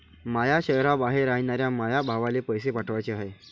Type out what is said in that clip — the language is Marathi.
माया शैहराबाहेर रायनाऱ्या माया भावाला पैसे पाठवाचे हाय